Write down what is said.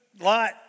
Lot